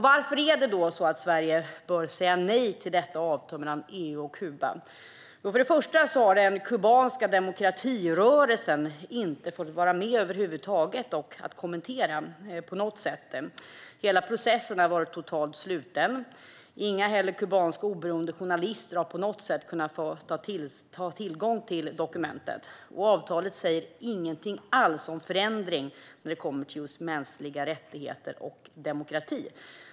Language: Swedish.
Varför bör Sverige säga nej till detta avtal mellan EU och Kuba? Jo, först och främst har den kubanska demokratirörelsen inte fått vara med över huvud taget och kommentera detta. Hela processen har varit helt sluten. Inga kubanska oberoende journalister har heller på något sätt fått tillgång till dokumentet. Avtalet säger inte heller någonting alls om förändring när det kommer till just mänskliga rättigheter och demokrati.